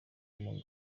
umugabo